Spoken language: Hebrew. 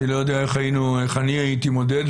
אני לא יודע איך אני הייתי מודד,